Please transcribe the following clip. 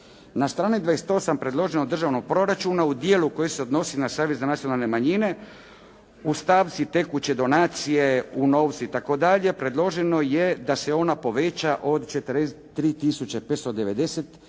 Na strani 28 predloženo državnog proračuna u dijelu koji se odnosi na savezne nacionalne manjine u stavci tekuće donacije u novcu i tako dalje predloženo je da se ona poveća od 43